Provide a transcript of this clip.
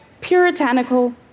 puritanical